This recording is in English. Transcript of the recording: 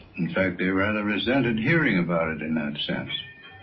in fact they rather resented hearing about it in that sense.